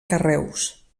carreus